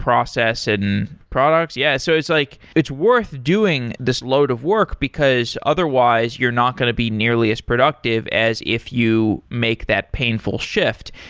process and products. yeah. so it's like it's worth doing this load of work, because otherwise you're not going to be nearly as productive as if you make that painful shift.